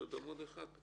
יש עוד עמוד אחד,